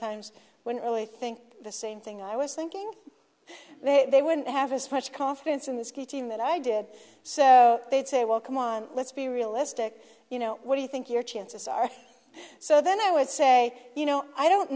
times when i really think the same thing i was thinking they wouldn't have especially confidence in the ski team that i did so they'd say well come on let's be realistic you know what do you think your chances are so then i would say you know i don't